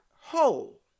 whole